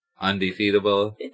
Undefeatable